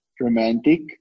romantic